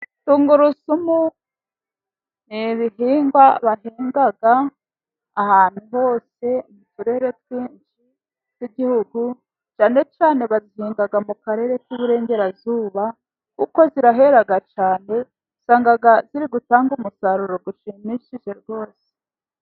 Tungurusumu ni ibihingwa bahinga ahantu hose mu turere twinshi tw’igihugu, cyane cyane bazihinga mu karere k’Iburengerazuba kuko zirahera cyane. Usanga ziri gutanga umusaruro ushimishije rwose.